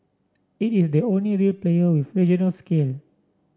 it is the only real player with regional scale